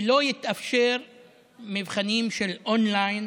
שלא יתאפשרו מבחנים של און-ליין